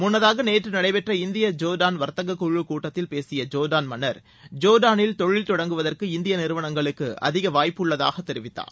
முன்னதாக நேற்று நடைபெற்ற இந்திய ஜோர்டான் வர்த்தகக்குழுக் கூட்டத்தில் பேசிய ஜோர்டான் மன்னர் ஜோர்டானில் தொழில் தொடங்குவதற்கு இந்திய நிறுவனங்களுக்கு அதிக வாய்ப்புள்ளதாக தெரிவித்தார்